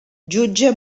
jutge